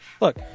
Look